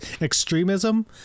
extremism